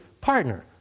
partner